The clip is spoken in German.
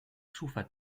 schufa